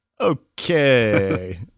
okay